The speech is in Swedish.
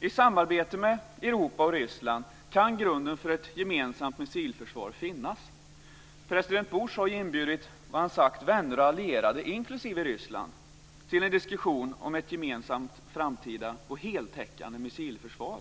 I samarbete med Europa och Ryssland kan grunden för ett gemensamt missilförsvar finnas. President Bush har inbjudit "vänner och allierade", inklusive Ryssland, till en diskussion om ett gemensamt framtida heltäckande missilförsvar.